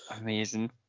Amazing